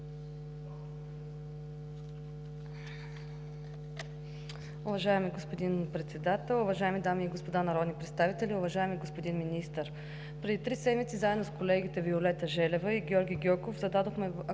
Уважаеми господин Председател, уважаеми дами и господа народни представители! Уважаеми господин Министър, преди три седмици заедно с колегите Виолета Желева и Георги Гьоков зададохме актуален